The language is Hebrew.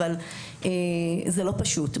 אבל זה לא פשוט.